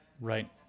right